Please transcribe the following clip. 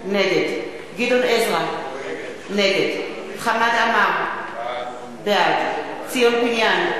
נגד גדעון עזרא, נגד חמד עמאר, בעד ציון פיניאן,